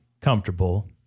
comfortable